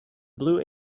blue